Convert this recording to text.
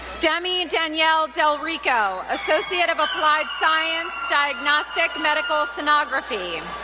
demi danielle delricco, associate of applied science, diagnostic medical sonography.